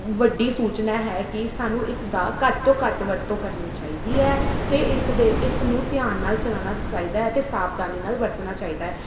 ਵੱਡੀ ਸੂਚਨਾ ਹੈ ਕਿ ਸਾਨੂੰ ਇਸ ਦਾ ਘੱਟ ਤੋਂ ਘੱਟ ਵਰਤੋਂ ਕਰਨੀ ਚਾਹੀਦੀ ਹੈ ਅਤੇ ਇਸ ਦੇ ਇਸ ਨੂੰ ਧਿਆਨ ਨਾਲ ਚਲਾਉਣਾ ਚਾਹੀਦਾ ਹੈ ਅਤੇ ਸਾਵਧਾਨੀ ਨਾਲ ਵਰਤਣਾ ਚਾਹੀਦਾ